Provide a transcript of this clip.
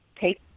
take